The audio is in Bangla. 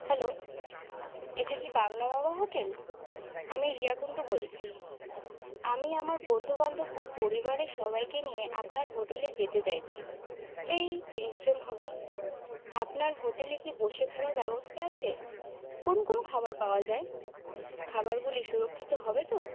হ্যালো এটা কি পাগলা বাবা হোটেল আমি রিয়া কুণ্ডু বলছি আমি আমার বন্ধুবান্ধব ও পরিবারের সবাইকে নিয়ে আপনার হোটেলে যেতে চাইছি এই তিরিশ জন হবে আপনার হোটেলে কি বসে খাওয়ার ব্যবস্থা আছে কোন কোন খাবার পাওয়া যায় খাবারগুলি সুরক্ষিত হবে তো